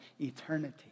eternity